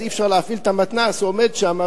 אז אי-אפשר להפעיל את המתנ"ס והוא עומד שם.